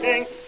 Sing